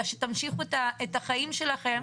אלא תמשיכו את החיים שלכם.